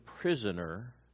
prisoner